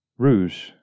Rouge